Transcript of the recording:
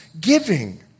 giving